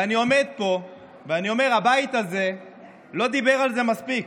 ואני עומד פה ואני אומר: הבית הזה לא דיבר על זה מספיק.